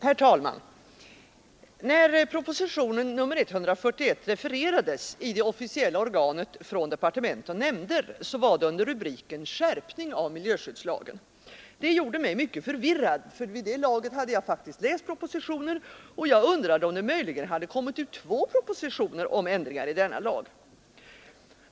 Herr talman! När propositionen 141 refererades i det officiella organet Från departement och nämnder, var det under rubriken Skärpning av miljöskyddslagen. Det gjorde mig mycket förvirrad, eftersom jag vid det laget hade läst propositionen, och jag undrade, om det möjligen hade kommit ut två propositioner om ändringar i denna lag.